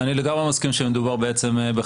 אני לגמרי מסכים שמדובר בחבילה,